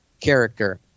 character